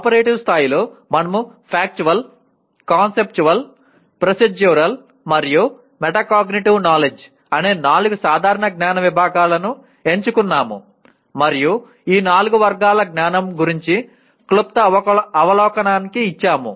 operative స్థాయిలో మనము factual conceptual procedural మరియు మెటాకాగ్నిటివ్ నాలెడ్జ్ అనే నాలుగు సాధారణ జ్ఞాన విభాగాలను ఎంచుకున్నాము మరియు ఈ నాలుగు వర్గాల జ్ఞానం గురించి క్లుప్త అవలోకనాన్ని ఇచ్చాము